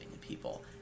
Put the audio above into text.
people